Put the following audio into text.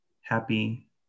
happy